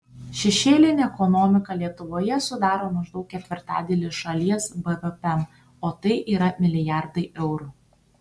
šešėlinė ekonomika lietuvoje sudaro maždaug ketvirtadalį šalies bvp o tai yra milijardai eurų